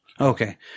Okay